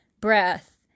breath